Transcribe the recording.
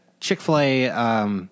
Chick-fil-A